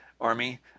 army